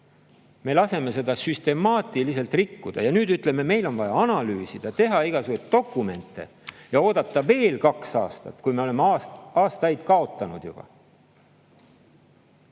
Me laseme seda süstemaatiliselt rikkuda! Ja nüüd ütleme, et meil on vaja analüüsida ja teha igasuguseid dokumente ja oodata veel kaks aastat, kui me oleme juba aastaid kaotanud.